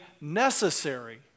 necessary